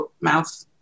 mouth